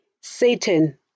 Satan